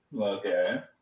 Okay